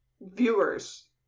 viewers